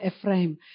Ephraim